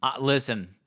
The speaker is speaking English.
Listen